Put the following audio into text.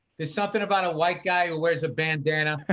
there's something about a white guy who wears a bandana,